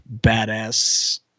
badass